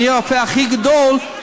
אני הרופא הכי גדול,